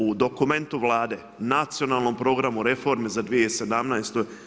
U dokumentu Vlade, Nacionalnom programu reformi za 2017.